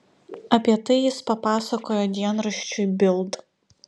apie tai jis papasakojo dienraščiui bild